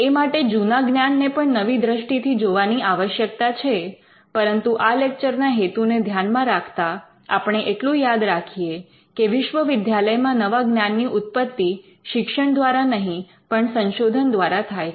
એ માટે જુના જ્ઞાનને પણ નવી દ્રષ્ટિથી જોવાની આવશ્યકતા છે પરંતુ આ લેક્ચર ના હેતુને ધ્યાનમાં રાખતા આપણે એટલું યાદ રાખીએ કે વિશ્વવિદ્યાલયમાં નવા જ્ઞાનની ઉત્પત્તિ શિક્ષણ દ્વારા નહીં પણ સંશોધન દ્વારા થાય છે